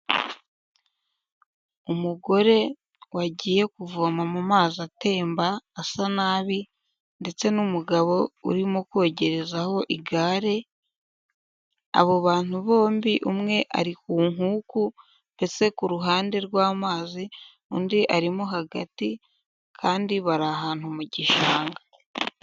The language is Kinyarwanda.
Umugore wagiye kuvoma mu mazi atemba asa nabi ndetse n'umugabo urimo kogerezaho igare, abo bantu bombi umwe ari ku nkuku mbese ku ruhande rw'amazi, undi arimo hagati kandi bari ahantu mu gishanga.